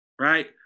Right